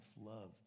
love